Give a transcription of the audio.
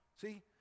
See